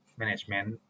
management